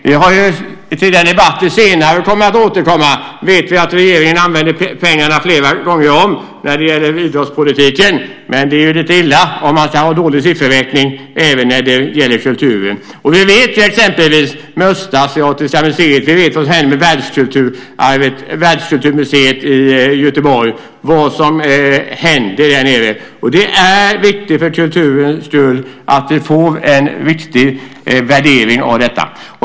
Vi har i tidigare debatter hört, och det kommer att återkomma senare, att regeringen använder pengarna flera gånger om när det gäller bidragspolitiken, men det är ju lite illa om man är dålig på sifferräkning även när det gäller kulturen. Vi vet ju exempelvis vad som hände med Östasiatiska museet. Vi vet vad som hände med Världskulturmuseet i Göteborg. Det är viktigt för kulturens skull att vi får en riktig värdering av detta.